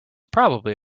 probably